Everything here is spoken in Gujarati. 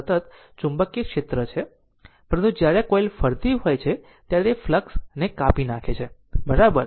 એક સતત ચુંબકીય ક્ષેત્ર છે પરંતુ જ્યારે આ કોઇલ ફરતી હોય છે ત્યારે તે ફ્લક્ષ ને કાp નાખે છે બરાબર